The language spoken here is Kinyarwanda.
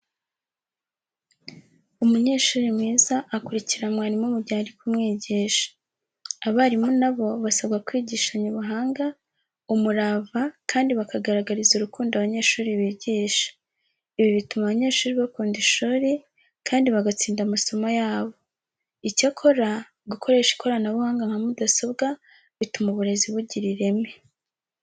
Umunyeshuri mwiza akurikira mwarimu mu gihe ari kumwigisha. Abarimu na bo basabwa kwigishanya ubuhanga, umurava kandi bakagaragariza urukundo abanyeshuri bigisha. Ibi bituma abanyeshuri bakunda ishuri, kandi bagatsinda amasomo yabo. Icyakora, gukoresha ikoranabunga nka mudasobwa bituma uburezi bugira ireme.